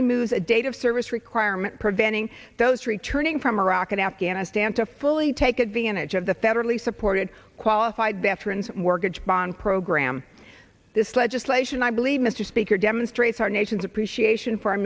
removes the date of service requirement preventing those returning from iraq and afghanistan to fully take advantage of the federally supported qualified veterans mortgage bond program this legislation i believe mr speaker demonstrates our nation's appreciation for our